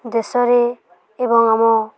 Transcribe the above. ଦେଶରେ ଏବଂ ଆମ